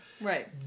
right